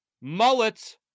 mullet